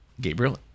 Gabriel